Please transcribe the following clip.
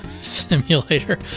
simulator